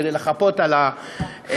כדי לחפות על הטעות.